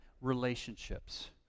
relationships